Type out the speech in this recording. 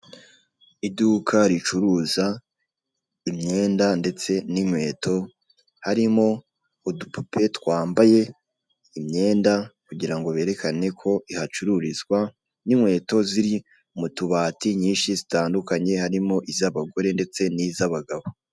Iduka ricuruza imyenda ndetse n'inkweto harimo udupupe twambaye imyenda kugirango berekane ko ihacururizwa n'inkweto ziri mu tubati nyinshi zitandukanye harimo iz'abagire n'iz'abagabo.